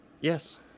Yes